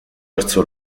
verso